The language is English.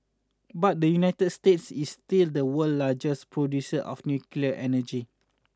but the United States is still the world largest producer of nuclear energy